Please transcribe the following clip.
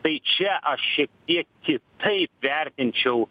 tai čia aš šiek tiek kitaip vertinčiau